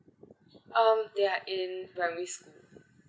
um they are in primary school